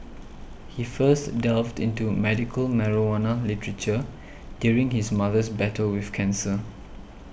he first delved into medical marijuana literature during his mother's battle with cancer